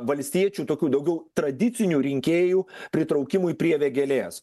valstiečių tokių daugiau tradicinių rinkėjų pritraukimui prie vėgėlės